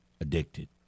addicted